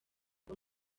ngo